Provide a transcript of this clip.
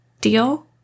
Deal